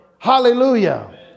Hallelujah